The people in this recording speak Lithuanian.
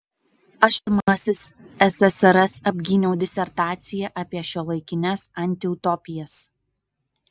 aš pirmasis ssrs apgyniau disertaciją apie šiuolaikines antiutopijas